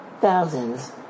thousands